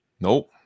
Nope